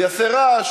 זה יעשה רעש,